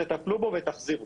תטפלו בו ותחזירו.